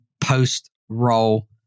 post-roll